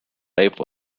type